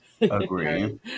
Agree